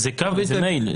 זה מייל.